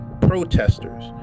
Protesters